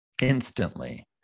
instantly